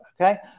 Okay